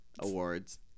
awards